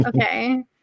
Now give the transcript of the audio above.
okay